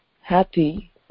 Happy